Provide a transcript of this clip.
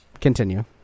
Continue